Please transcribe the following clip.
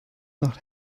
nach